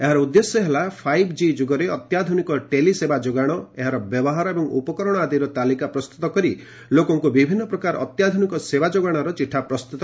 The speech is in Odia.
ଏହାର ଉଦ୍ଦେଶ୍ୟ ହେଲା ଫାଇଭ୍ ଜି ଯୁଗରେ ଅତ୍ୟାଧୁନିକ ଟେଲିସେବା ଯୋଗାଣ ଏହାର ବ୍ୟବହାର ଏବଂ ଉପକରଣ ଆଦିର ତାଲିକା ପ୍ରସ୍ତୁତ କରି ଲୋକଙ୍କୁ ବିଭିନ୍ନ ପ୍ରକାର ଅତ୍ୟାଧୁନିକ ସେବା ଯୋଗାଣର ଚିଠା ପ୍ରସ୍ତୁତ କରିବା